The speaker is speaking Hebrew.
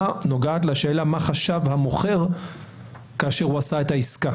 נוגעת לשאלה מה חשב המוכר כאשר הוא עשה את העסקה.